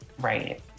Right